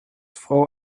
frau